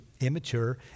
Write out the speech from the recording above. immature